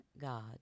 God